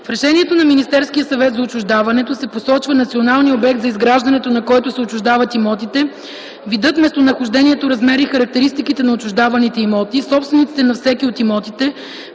В решението на Министерския съвет за отчуждаването, се посочва националния обект, за изграждането на който се отчуждават имотите, видът, местонахождението, размерът и характеристиките на отчуждаваните имоти, собствениците на всеки от имотите,